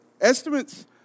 estimates